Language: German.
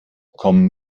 kommt